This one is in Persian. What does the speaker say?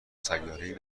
سیارهای